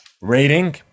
rating